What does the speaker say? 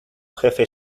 jefe